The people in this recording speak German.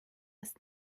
ist